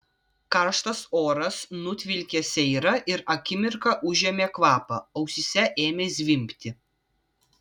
karštas oras nutvilkė seirą ir akimirką užėmė kvapą ausyse ėmė zvimbti